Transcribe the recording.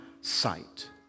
sight